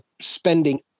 spending